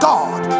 God